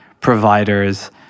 providers